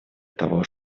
того